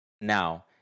now